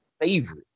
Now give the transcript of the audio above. favorite